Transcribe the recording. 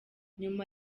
nyuma